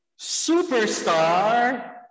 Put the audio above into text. Superstar